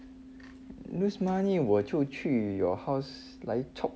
lose money 我就去 your house 来 chop